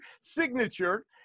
signature